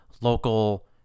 local